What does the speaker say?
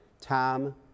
Tom